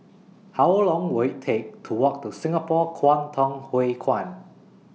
How Long Will IT Take to Walk to Singapore Kwangtung Hui Kuan